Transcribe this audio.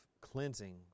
cleansing